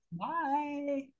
bye